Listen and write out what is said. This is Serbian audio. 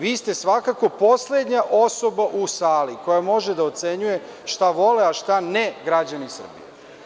Vi ste svakako poslednja osoba u sali koja može da ocenjuje šta vole, a šta ne građani Srbije.